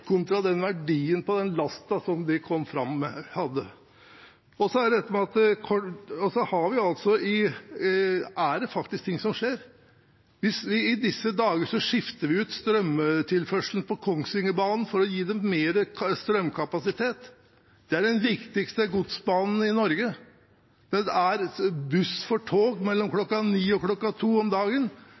kontra verdien av den lasten som de kom fram med. Det er faktisk ting som skjer. I disse dager skifter vi ut strømtilførselen på Kongsvingerbanen for å gi dem mer strømkapasitet. Det er den viktigste godsbanen i Norge. Om dagen er det buss for tog mellom kl. 9 og